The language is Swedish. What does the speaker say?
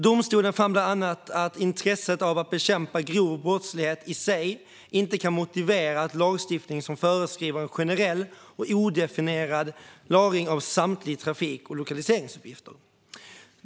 Domstolen fann bland annat att intresset av att bekämpa grov brottslighet inte i sig kan motivera en lagstiftning som föreskriver en generell och odifferentierad lagring av samtliga trafik och lokaliseringsuppgifter.